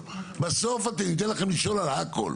בסוף אתן לכם לשאול על הכול.